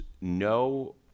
no